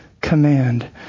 command